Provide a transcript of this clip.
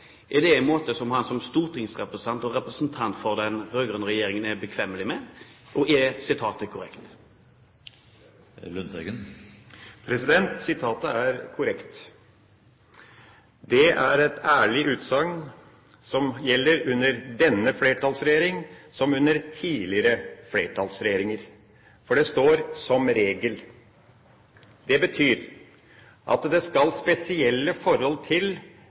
Er det en måte som han som stortingsrepresentant og representant for den rød-grønne regjeringen er bekvem med? Er sitatet korrekt? Sitatet er korrekt. Det er et ærlig utsagn, som gjelder under denne flertallsregjeringa som under tidligere flertallsregjeringer. For det står «som regel». Det betyr at det skal spesielle forhold til